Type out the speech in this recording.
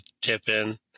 tip-in